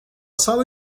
sala